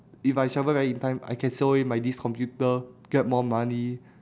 if I travel back in time I can sell away my this computer get more money